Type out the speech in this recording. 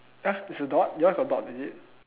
!huh! there's a dot yours got dot is it